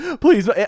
please